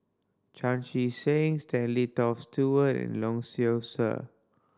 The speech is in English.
Chan Chee Seng Stanley Toft Stewart and Lee Seow Ser